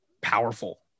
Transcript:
powerful